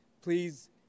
Please